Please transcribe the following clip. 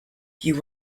you